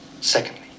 Secondly